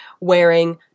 wearing